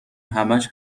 همش